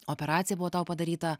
operacija buvo tau padaryta